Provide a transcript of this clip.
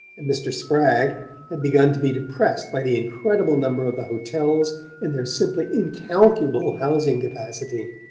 and mr. spragg had begun to be depressed by the incredible number of the hotels and their simply incalculable housing capacity.